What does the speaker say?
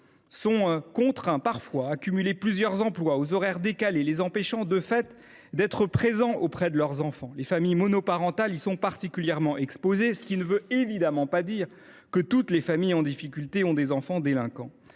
sont contraints parfois de cumuler plusieurs emplois aux horaires décalés, ce qui les empêche, de fait, d’être présents auprès de leurs enfants. Les familles monoparentales sont particulièrement exposées, ce qui ne veut évidemment pas dire que toutes les familles en difficulté ont des enfants délinquants.